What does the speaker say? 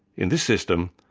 in this system,